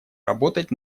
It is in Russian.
работать